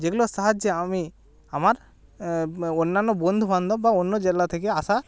যেগুলোর সাহায্যে আমি আমার অন্যান্য বন্ধুবান্ধব বা অন্য জেলা থেকে আসা